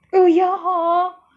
oh ya hor